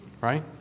right